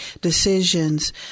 decisions